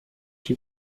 die